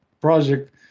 project